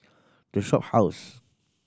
The Shophouse